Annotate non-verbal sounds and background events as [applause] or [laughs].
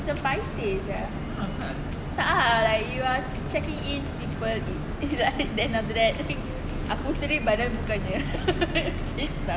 macam paiseh sia tak ah like you are checking in people be like then after that aku sendiri badan bukannya fit [laughs]